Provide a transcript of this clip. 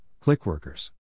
Clickworkers